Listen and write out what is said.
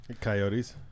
coyotes